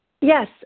Yes